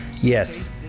Yes